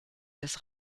des